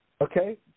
Okay